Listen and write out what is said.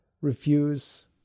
refuse